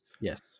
yes